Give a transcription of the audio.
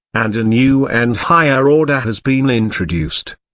and a new and higher order has been introduced.